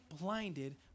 blinded